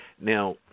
Now